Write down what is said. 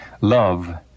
Love